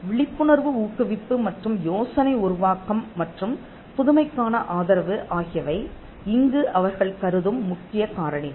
விழிப்புணர்வு ஊக்குவிப்பு மற்றும் யோசனை உருவாக்கம் மற்றும் புதுமைக்கான ஆதரவு ஆகியவை இங்கு அவர்கள் கருதும் முக்கிய காரணிகள்